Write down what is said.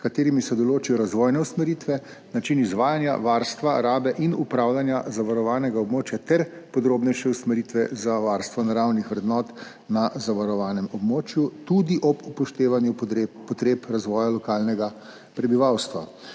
katerim se določi razvojne usmeritve, način izvajanja varstva, rabe in upravljanja zavarovanega območja ter podrobnejše usmeritve za varstvo naravnih vrednot na zavarovanem območju, tudi ob upoštevanju potreb razvoja lokalnega prebivalstva.